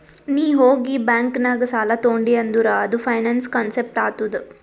ನೀ ಹೋಗಿ ಬ್ಯಾಂಕ್ ನಾಗ್ ಸಾಲ ತೊಂಡಿ ಅಂದುರ್ ಅದು ಫೈನಾನ್ಸ್ ಕಾನ್ಸೆಪ್ಟ್ ಆತ್ತುದ್